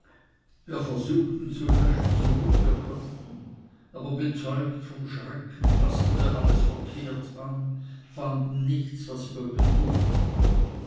wir versuchten zu löschen so gut wir konnten aber betäubt vom schrecken faßten wir alles verkehrt an fanden nichts was wir bedurften